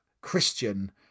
Christian